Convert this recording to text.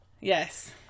Yes